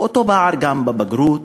אותו פער גם בבגרות,